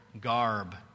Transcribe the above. garb